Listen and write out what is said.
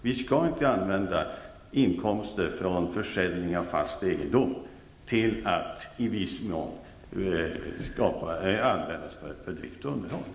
Vi skall inte använda inkomster från försäljning av fast egendom till drift och underhåll.